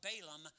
Balaam